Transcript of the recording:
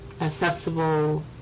accessible